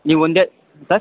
ನೀವೊಂದೇ sir